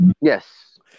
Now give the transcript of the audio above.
Yes